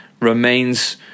remains